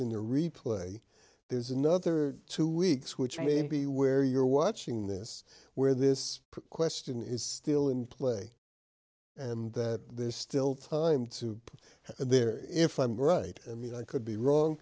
your replay there's another two weeks which may be where you're watching this where this question is still in play and that there's still time to play there if i'm right the i could be wrong